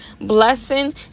blessing